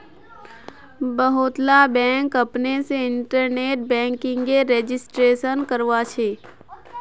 बहुतला बैंक अपने से इन्टरनेट बैंकिंगेर रजिस्ट्रेशन करवाछे